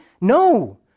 No